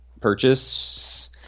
purchase